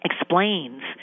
explains